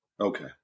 Okay